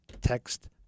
text